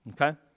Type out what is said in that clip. Okay